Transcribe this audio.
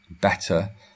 better